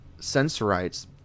Sensorites